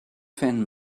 fan